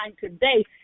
today